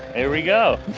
and we go.